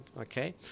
okay